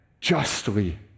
justly